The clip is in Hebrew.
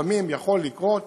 לפעמים יכול לקרות